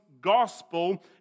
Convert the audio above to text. gospel